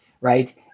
right